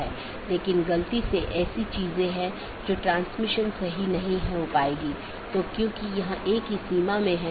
तो यह एक तरह की नीति प्रकारों में से हो सकता है